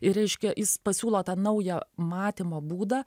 ir reiškia jis pasiūlo tą naują matymo būdą